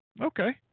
Okay